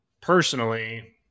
personally